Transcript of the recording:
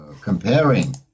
comparing